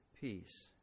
peace